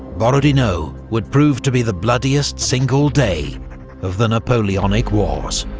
borodino would prove to be the bloodiest single day of the napoleonic wars.